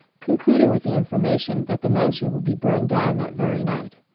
concluding with the information, that the mansion would be burned down that very night.